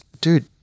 dude